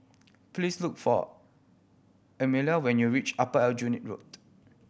please look for when you reach Upper Aljunied Road